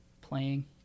playing